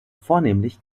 vornehmlich